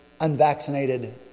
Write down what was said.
unvaccinated